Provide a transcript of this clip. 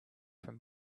from